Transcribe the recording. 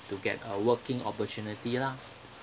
to get a working opportunity lah